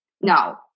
no